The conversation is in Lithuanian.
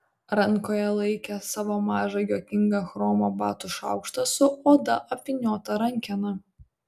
rankoje laikė savo mažą juokingą chromo batų šaukštą su oda apvyniota rankena